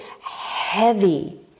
heavy